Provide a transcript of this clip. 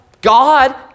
God